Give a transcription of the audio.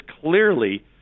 clearly